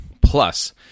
Plus